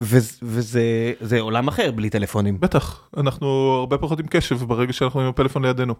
וזה עולם אחר בלי טלפונים. בטח אנחנו הרבה פחות עם קשב ברגע שאנחנו עם הפלאפון לידינו.